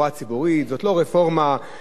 זאת גם אפילו לא רפורמה בתכנון ובנייה.